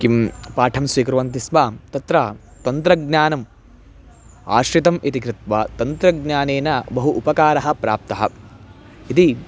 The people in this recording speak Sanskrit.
किं पाठं स्वीकुर्वन्ति स्म तत्र तन्त्रज्ञानम् आश्रितम् इति कृत्वा तन्त्रज्ञानेन बहु उपकाराः प्राप्ताः इति